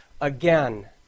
again